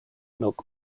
milk